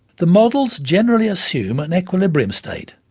the models generally assume an equilibrium state,